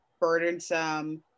burdensome